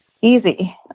easy